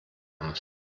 aus